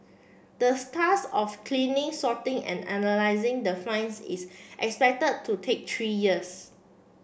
the of cleaning sorting and analysing the finds is expected to take three years